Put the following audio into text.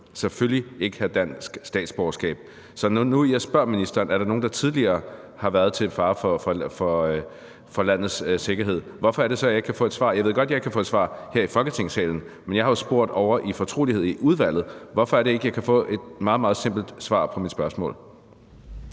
selvfølgelig ikke have dansk statsborgerskab. Så når jeg nu spørger ministeren, om der er nogen, der tidligere har været til fare for landets sikkerhed, hvorfor er det så, at jeg ikke kan få et svar? Jeg ved godt, at jeg ikke kan få et svar her i Folketingssalen, men jeg har jo spurgt i fortrolighed ovre i udvalget. Hvorfor er det, jeg ikke kan få et meget, meget simpelt svar på mit spørgsmål?